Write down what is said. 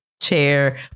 chair